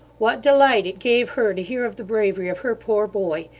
what delight it gave her to hear of the bravery of her poor boy!